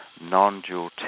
non-dual